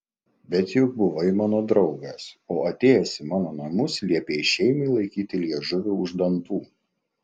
bet juk buvai mano draugas o atėjęs į mano namus liepei šeimai laikyti liežuvį už dantų